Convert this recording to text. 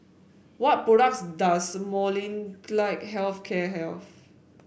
what products does Molnylcke Health Care have